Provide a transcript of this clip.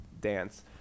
dance